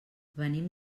venim